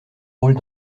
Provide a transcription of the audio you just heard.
rôles